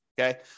Okay